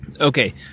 Okay